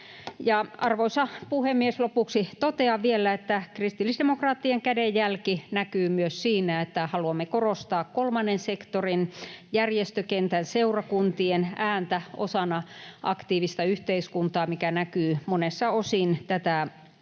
Arvoisa puhemies! Lopuksi totean vielä, että kristillisdemokraattien kädenjälki näkyy myös siinä, että haluamme korostaa kolmannen sektorin, järjestökentän, seurakuntien ääntä osana aktiivista yhteiskuntaa, mikä näkyy monessa osin tätä